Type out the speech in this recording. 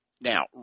Now